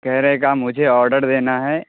کہہ رہے کا مجھے آڈر دینا ہے